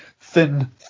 Thin